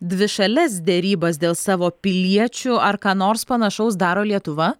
dvišales derybas dėl savo piliečių ar ką nors panašaus daro lietuva